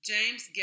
James